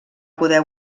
poder